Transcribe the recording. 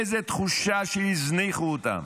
איזו תחושה שהזניחו אותם.